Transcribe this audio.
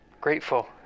grateful